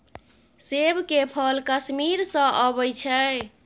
सेब के फल कश्मीर सँ अबई छै